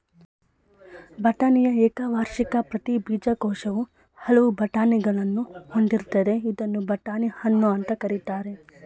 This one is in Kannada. ಬಟಾಣಿಯ ಏಕವಾರ್ಷಿಕ ಪ್ರತಿ ಬೀಜಕೋಶವು ಹಲವು ಬಟಾಣಿಗಳನ್ನು ಹೊಂದಿರ್ತದೆ ಇದ್ನ ಬಟಾಣಿ ಹಣ್ಣು ಅಂತ ಕರೀತಾರೆ